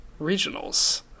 regionals